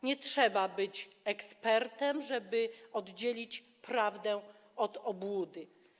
Nie trzeba być ekspertem, żeby oddzielić prawdę od obłudy.